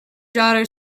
daughter